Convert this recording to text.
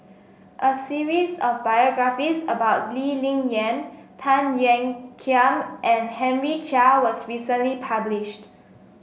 a series of biographies about Lee Ling Yen Tan Ean Kiam and Henry Chia was recently published